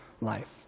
life